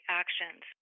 actions